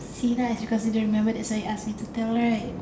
see lah it's because you didn't remember that's why you ask digital right